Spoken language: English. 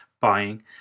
buying